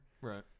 Right